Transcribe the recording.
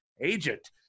agent